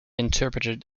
interpreted